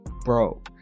Bro